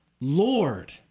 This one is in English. Lord